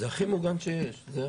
זה הכי מוגן שיש.